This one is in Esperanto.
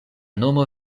nomo